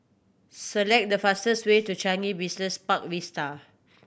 select the fastest way to Changi Business Park Vista